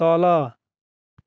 तल